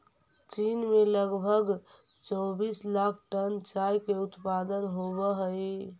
चीन में लगभग चौबीस लाख टन चाय के उत्पादन होवऽ हइ